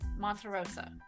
Monterosa